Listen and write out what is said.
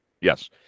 Yes